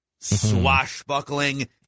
swashbuckling